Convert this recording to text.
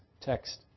text